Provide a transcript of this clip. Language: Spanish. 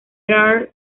are